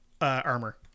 armor